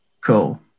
Cool